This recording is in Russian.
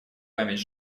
память